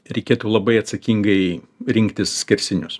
reikėtų labai atsakingai rinktis skersinius